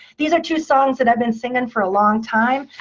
these are two songs that i've been singing for a long time.